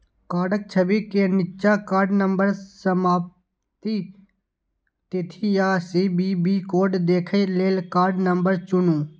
कार्डक छवि के निच्चा कार्ड नंबर, समाप्ति तिथि आ सी.वी.वी कोड देखै लेल कार्ड नंबर चुनू